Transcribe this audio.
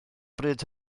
bryd